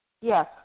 Yes